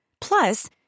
Plus